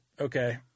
Okay